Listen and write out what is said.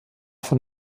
von